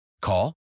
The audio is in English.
Call